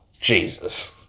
Jesus